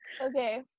Okay